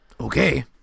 Okay